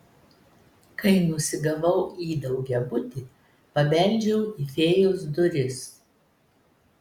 kai nusigavau į daugiabutį pabeldžiau į fėjos duris